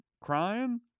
crying